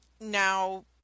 now